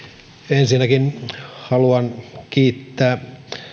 ensinnäkin haluan kiittää